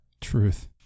Truth